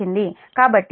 కాబట్టిVt 1